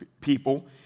people